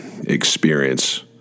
experience